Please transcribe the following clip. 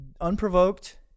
Unprovoked